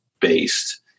based